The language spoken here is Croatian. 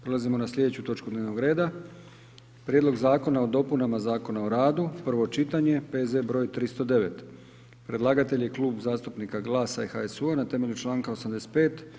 Prelazimo na sljedeću točku dnevnog reda - Prijedlog zakona o dopunama Zakona o radu, prvo čitanje, P.Z. broj 309 Predlagatelj je Klub zastupnika GLAS-a i HSU-a na temelju članka 85.